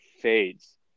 fades